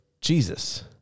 Jesus